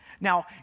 Now